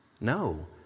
No